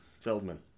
Feldman